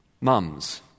mums